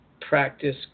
practice